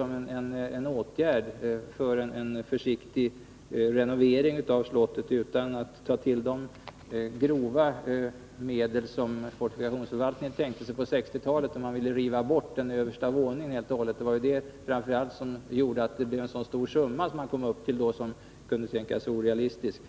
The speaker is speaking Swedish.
om inte en försiktig renovering av Granhammars slott kunde ske, utan att ta till de grova medel som fortifikationsförvaltningen tänkte sig på 1960-talet, då den ville riva bort den översta våningen helt och hållet. Det var denna åtgärd som var orsaken till att summan blev så stor att den ansågs orealistisk.